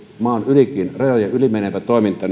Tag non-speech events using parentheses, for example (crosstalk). maan rajojen ylikin yli menevä toiminta (unintelligible)